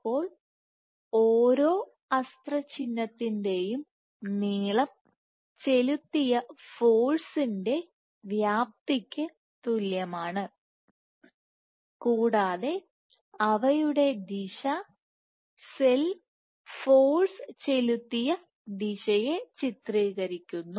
അതിനാൽ ഓരോ അസ്ത്ര ചിഹ്നത്തിന്റെയും നീളം ചെലുത്തിയ ഫോഴ്സിന്റെവ്യാപ്തിക്ക് തുല്യമാണ് കൂടാതെ അവയുടെ ദിശസെൽ ഫോഴ്സ് ചെലുത്തിയ ദിശയെ ചിത്രീകരിക്കുന്നു